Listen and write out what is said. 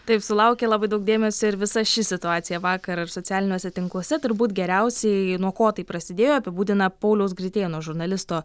taip sulaukė labai daug dėmesio ir visa ši situacija vakar socialiniuose tinkluose turbūt geriausiai nuo ko tai prasidėjo apibūdina pauliaus gritėno žurnalisto